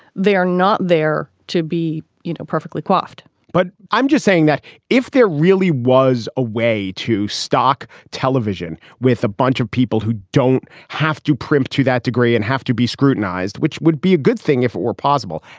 they are not there to be, you know, perfectly quaffed but i'm just saying that if there really was a way to stock television with a bunch of people who don't have to primped to that degree and have to be scrutinized, which would be a good thing if it were possible,